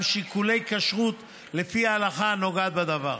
שיקולי כשרות לפי ההלכה הנוגעת בדבר.